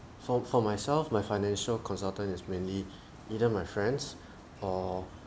for for myself my financial consultant is mainly either my friends or